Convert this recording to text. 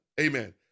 Amen